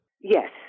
Yes